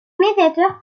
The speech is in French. médiateur